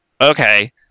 okay